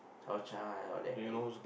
Chao-Chai all that uh